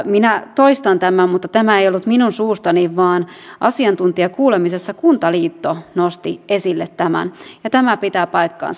minä toistan tämän mutta tämä ei ollut minun suustani vaan asiantuntijakuulemisessa kuntaliitto nosti esille tämän ja tämä pitää paikkansa